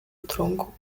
tronco